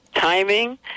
timing